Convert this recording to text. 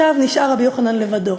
נשאר רבי יוחנן לבדו,